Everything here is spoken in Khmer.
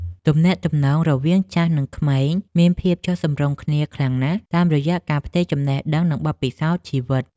ទំនាក់ទំនងរវាងចាស់និងក្មេងមានភាពចុះសម្រុងគ្នាខ្លាំងណាស់ តាមរយៈការផ្ទេរចំណេះដឹង និងបទពិសោធន៍ជីវិត។